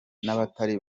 n’abatari